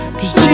cause